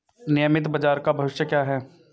नियमित बाजार का भविष्य क्या है?